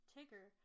Tigger